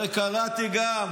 הרי קראתי גם,